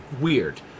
weird